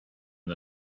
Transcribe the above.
the